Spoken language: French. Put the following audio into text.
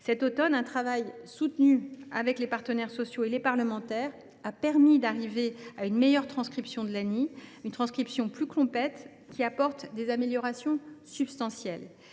Cet automne, un travail soutenu, réalisé avec les partenaires sociaux et les parlementaires, a permis d’aboutir à une meilleure transcription de l’ANI, une transcription plus complète qui apporte des améliorations substantielles.